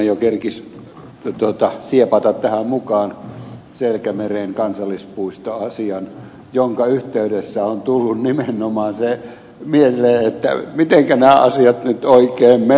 tiusanen jo kerkisi siepata tähän mukaan selkämeren kansallispuisto asian jonka yhteydessä on tullut nimenomaan se mieleen mitenkä nämä asiat nyt oikein menevät